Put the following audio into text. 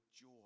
joy